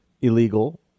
illegal